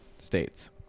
States